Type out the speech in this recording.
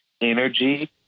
energy